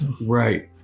Right